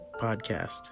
podcast